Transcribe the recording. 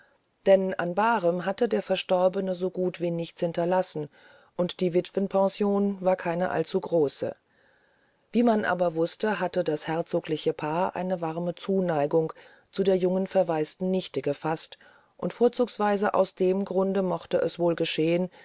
denn an barem hatte der verstorbene so gut wie nichts hinterlassen und die witwenpension war keine allzugroße wie man aber wußte hatte das herzogliche paar eine warme zuneigung zu der jungen verwaisten nichte gefaßt und vorzugsweise aus dem grunde mochte es wohl geschehen